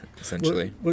essentially